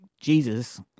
Jesus